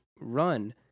run